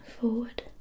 forward